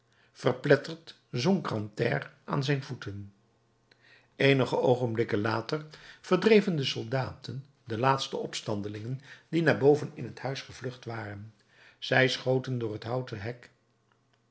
verpletterd zonk grantaire aan zijn voeten eenige oogenblikken later verdreven de soldaten de laatste opstandelingen die naar boven in het huis gevlucht waren zij schoten door een houten hek